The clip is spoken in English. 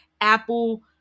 Apple